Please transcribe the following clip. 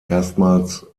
erstmals